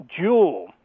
Jewel